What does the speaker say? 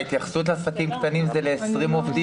ההתייחסות לעסקים קטנים זה ל-20 עובדים,